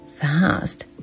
fast